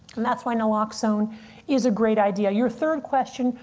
and that's why naloxone is a great idea. your third question,